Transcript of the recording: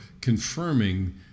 confirming